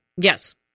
Yes